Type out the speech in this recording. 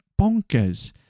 bonkers